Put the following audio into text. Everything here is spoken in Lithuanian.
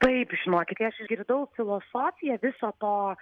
taip žinokit kai aš išgirdau filosofiją viso to